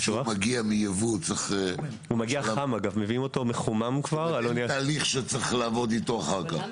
כשהוא מגיע מיבוא הוא צריך לעבור תהליך אחר כך?